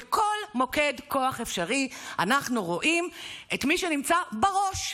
בכל מוקד כוח אפשרי אנחנו רואים את מי שנמצא בראש: